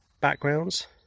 backgrounds